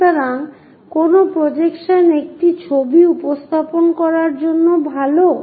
সুতরাং কোন প্রজেকশন একটি ছবি উপস্থাপন করার জন্য ভাল